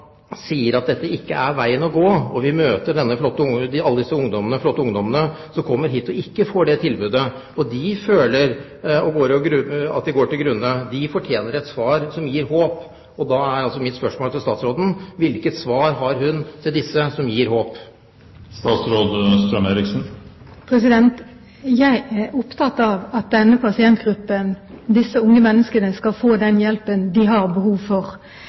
sier at dette ikke er veien å gå, og vi møter alle disse flotte ungdommene som kommer dit og ikke får det tilbudet, og de føler at de går til grunne, fortjener de et svar som gir håp. Da er mitt spørsmål til statsråden: Hvilket svar har hun til disse ungdommene som gir håp? Jeg er opptatt av at denne pasientgruppen, disse unge menneskene, skal få den hjelpen de har behov for.